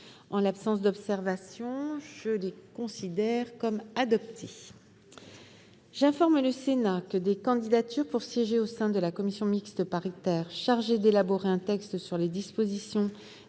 En l'absence d'observations, je les considère comme adoptées. J'informe le Sénat que des candidatures pour siéger au sein de la commission mixte paritaire chargée d'élaborer un texte sur les dispositions